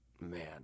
man